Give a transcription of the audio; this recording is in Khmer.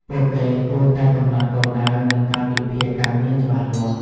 ពួកគេគួរតែកំណត់គោលដៅ និងកាលវិភាគការងារច្បាស់លាស់។